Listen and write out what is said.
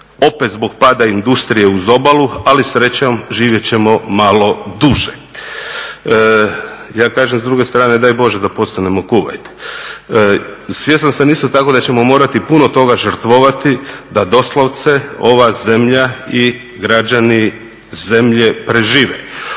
opet zbog pada industrije uz obalu, ali srećom živjet ćemo malo duže. Ja kažem s druge strane, daj Bože da postanemo Kuvajt. Svjestan sam isto tako da ćemo morati puno toga žrtvovati, da doslovce ova zemlja i građani zemlje prežive.